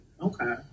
Okay